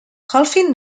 calvin